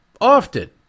often